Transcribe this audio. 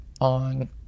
on